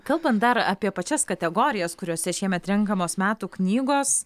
kalbant dar apie pačias kategorijas kuriose šiemet renkamos metų knygos